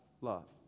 love